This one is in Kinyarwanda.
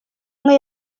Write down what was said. umwe